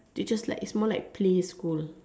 they just like it's more like play school